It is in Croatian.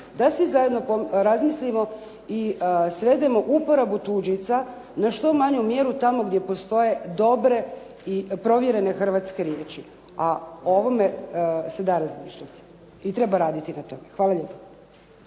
da svi zajedno razmislimo i svedemo uporabu tuđica na što manju mjeru tamo gdje postoje dobre i provjerene hrvatske riječi, a o ovome se da razmišljati i treba raditi na tome. Hvala lijepo.